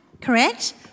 correct